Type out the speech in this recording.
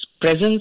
presence